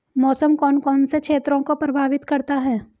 मौसम कौन कौन से क्षेत्रों को प्रभावित करता है?